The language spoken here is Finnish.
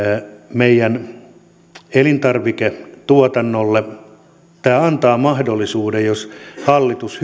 meidän elintarviketuotannolle tämä antaa mahdollisuuden jos hallitus